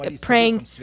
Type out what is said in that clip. praying